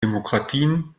demokratien